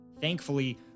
Thankfully